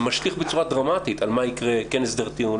זה משליך בצורה דרמטית על מה יקרה כן הסדר טיעון,